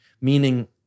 meaning